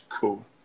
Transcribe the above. Cool